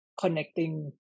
connecting